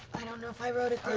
i don't know if i wrote it